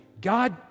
God